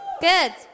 Good